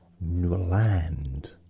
Newland